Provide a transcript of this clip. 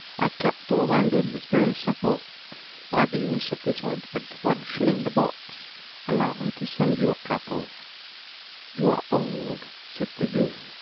i kept all my limbs very supple by the use of this ointment one shilling the box allow me to sell you a couple you are old said the youth,